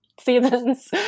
seasons